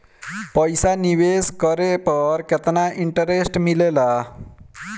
पईसा निवेश करे पर केतना इंटरेस्ट मिलेला?